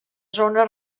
zona